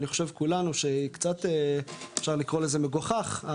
אני חושב כולנו שקצת אפשר לקרוא לזה מגוחך,